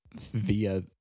via